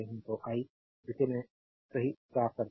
तो आई इसे सही साफ करता हूं